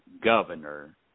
governor